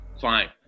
Fine